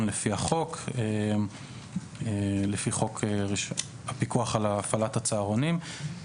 לפי חוק הפיקוח על הפעלת הצהרונים.